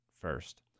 first